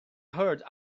heard